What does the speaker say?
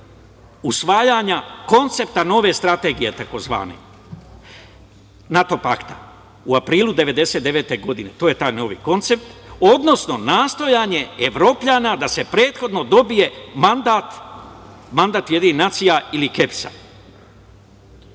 usvajanja koncepta nove strategije, tzv. NATO pakta.U aprilu 1999. godine, to je taj novi koncept, odnosno nastojanje Evropljana da se prethodno dobije mandat UN ili Kepsa.